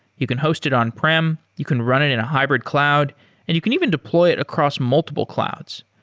you can host it on-prem, you can run it in a hybrid cloud and you can even deploy it across multiple clouds.